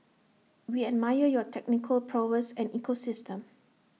we admire your technical prowess and ecosystem